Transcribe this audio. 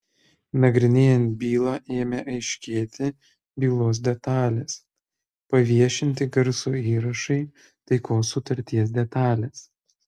nagrinėjant bylą ėmė aiškėti bylos detalės paviešinti garso įrašai taikos sutarties detalės